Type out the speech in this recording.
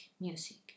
music